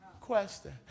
Question